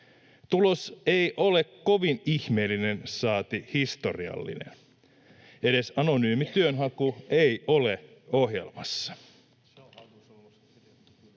Tulos ei ole kovin ihmeellinen, saati historiallinen. Edes anonyymi työnhaku ei ole ohjelmassa.